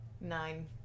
Nine